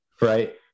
Right